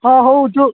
ହଁ ହଉ ତୁ